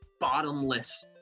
bottomless